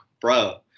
bro